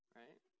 right